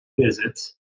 visits